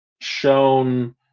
shown